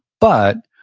but,